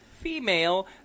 female